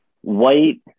white